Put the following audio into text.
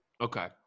Okay